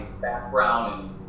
background